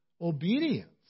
obedience